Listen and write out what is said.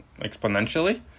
exponentially